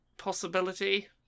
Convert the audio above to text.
possibility